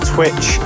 Twitch